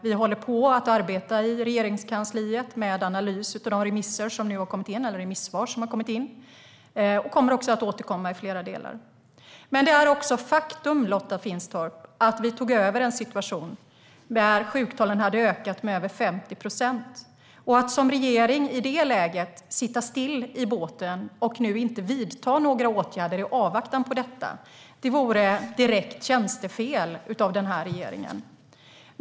Vi arbetar i Regeringskansliet med analys av de remissvar som har kommit in, och vi kommer att återkomma i flera delar. Men faktum är, Lotta Finstorp, att vi tog över en situation där sjuktalen hade ökat med över 50 procent. Att som regering i det läget sitta still i båten och inte vidta några åtgärder vore direkt tjänstefel av regeringen.